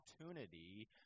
opportunity